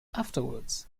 afterwards